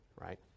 right